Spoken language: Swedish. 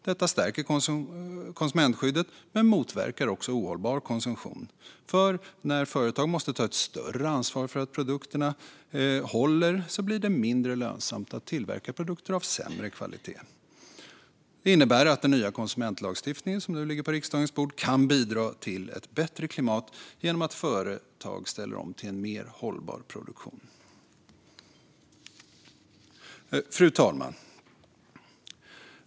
Detta stärker konsumentskyddet och motverkar också ohållbar konsumtion, för när företag måste ta ett större ansvar för att produkterna håller blir det mindre lönsamt att tillverka produkter av sämre kvalitet. Det innebär att den nya konsumentlagstiftningen, som nu ligger på riksdagens bord, kan bidra till ett bättre klimat genom att företag ställer om till en mer hållbar produktion. Fru talman!